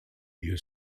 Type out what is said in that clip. you